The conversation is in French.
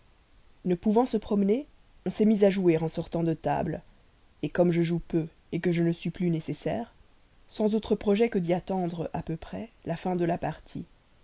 ne pouvant pas se promener on s'est mis à jouer en sortant de table comme je joue peu que je ne suis plus nécessaire j'ai pris ce temps pour monter chez moi sans autre projet que d'y attendre à peu près la fin de la partie